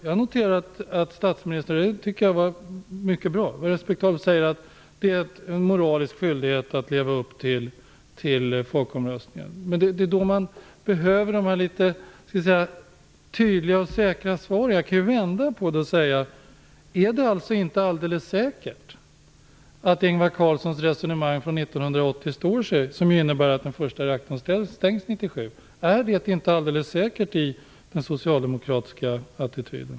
Jag noterar att statsministern säger att det är en moralisk skyldighet att leva upp till folkomröstningsresultatet. Det tycker jag var mycket bra och respektabelt. Men det är då man behöver de tydliga och säkra svaren. Jag kan vända på det hela och fråga: Är det inte alldeles säkert att Ingvar Carlssons resonemang från 1980 står sig, innebärande att den första reaktorn stängs 1997 - är detta inte alldeles säkert i fråga om den socialdemokratiska attityden?